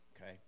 okay